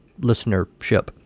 listenership